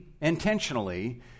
intentionally